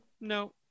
No